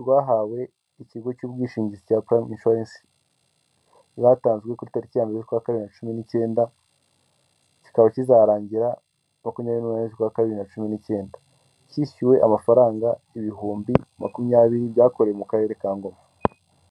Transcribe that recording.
rwahawe ikigo cy'ubwishingizi cya purayimu inshuwarensi bwatanzwe ku tariki ya mbere y'ukwa kabiri bibiri na cumi n'icyenda, kikaba kizarangira makumyabiri n'umunani z'ukwa bibiri bibiri na cumi n'icyenda, kishyuwe amafaranga ibihumbi makumyabiri byakorewe mu karere ka Ngoma.